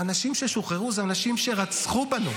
האנשים ששוחררו הם אנשים שרצחו בנו.